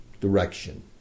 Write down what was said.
direction